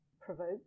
provoked